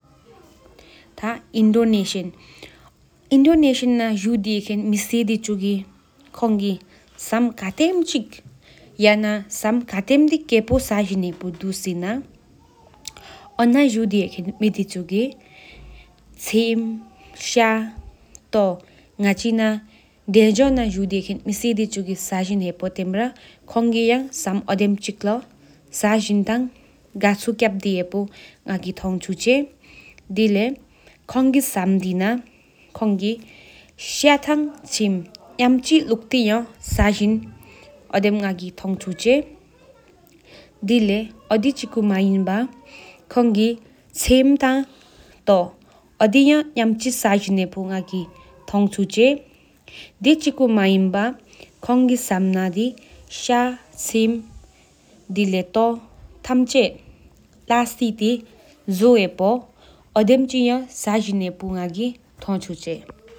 ཐ་ཨིནདོ་ཨེཤི་ཨིལན་ནད་ཇ་དེས་ཁན་མེ་དེ་ཆུ་རང་ཁ་བསྟྲིཛོད་དེ་ཤི་གལ་ཆུ་ཕ་ཕ་ཙ་ཨང་ཆི་དོ་ཆེ་ལི་ཁར་སེག་ས་བསྟྲུལ་ཁྱེན་ཆེ་ཚང་ཆོས་དང་སེང་གཅེས་ངྷེ་སྐད་བཟོ་ངྷེ་ནོད་བདུལ་ངྷེ་སེར་དེ་ཆུ་ཆིག་བཅིང་ནུབ་དང། དྲོ་གེས་རང་ལོ་ཇི་གཏེལ་དང་མལ་མེ་ཆིཥི་རིམ་ན་ག་ཡལ་ཡི་པ་པ་གེ་ཅིང་ལ་མེ་ངྷེ་ཕོ་བདུལ་སེལ་ཆུ་ཁྲང།